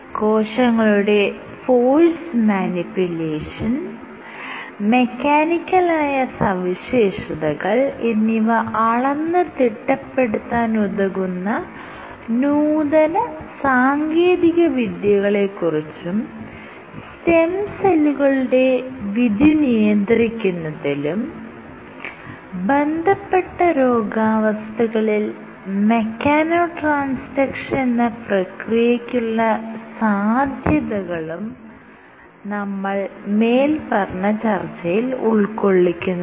കോശങ്ങളുടെ force manipulation മെക്കാനിക്കലായ സവിശേഷതകൾ എന്നിവ അളന്ന് തിട്ടപ്പെടുത്താൻ ഉതകുന്ന നൂതന സാങ്കേതികവിദ്യകളെക്കുറിച്ചും സ്റ്റം സെല്ലുകളുടെ വിധി നിയന്ത്രിക്കുന്നതിലും ബന്ധപ്പെട്ട രോഗാവസ്ഥകളിൽ മെക്കാനോ ട്രാൻസ്ഡ്ക്ഷൻ എന്ന പ്രക്രിയക്കുള്ള സാധ്യതകളും നമ്മൾ മേല്പറഞ്ഞ ചർച്ചയിൽ ഉൾകൊള്ളിക്കുന്നതാണ്